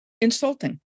insulting